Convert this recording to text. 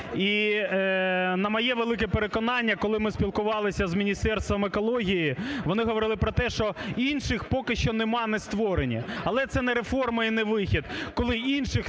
І на моє велике переконання, коли ми спілкувалися з Міністерством екології, вони говорили про те, що інших поки що нема, не створені. Але це не реформа і не вихід: